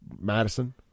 Madison